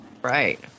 Right